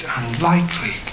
unlikely